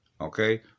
Okay